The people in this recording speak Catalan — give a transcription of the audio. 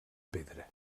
pedra